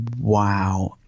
wow